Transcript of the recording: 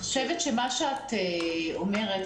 מה שאת אומרת,